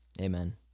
Amen